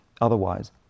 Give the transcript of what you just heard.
otherwise